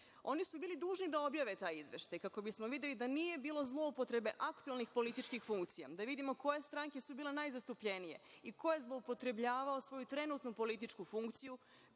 Oni su bili dužni da objave taj izveštaj, kako bismo videli da nije bilo zloupotrebe aktuelnih političkih funkcija, da vidimo koje stranke su bile najzastupljenije i ko je zloupotrebljavao svoju trenutnu političku funkciju